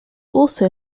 also